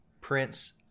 prince